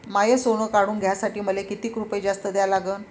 माय सोनं काढून घ्यासाठी मले कितीक रुपये जास्त द्या लागन?